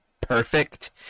perfect